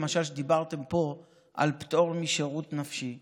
דיברתם פה על פטור נפשי משירות.